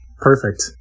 Perfect